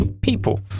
People